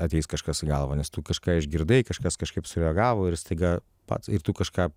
ateis kažkas į galvą nes tu kažką išgirdai kažkas kažkaip sureagavo ir staiga pats ir tu kažką